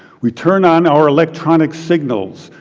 we turn on our electronic signals,